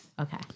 okay